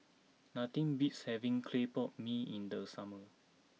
nothing beats having Clay Pot Mee in the summer